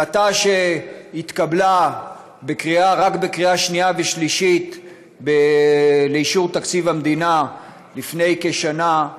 שהתקבלה רק בקריאה שנייה ושלישית לאישור תקציב המדינה לפני כשנה,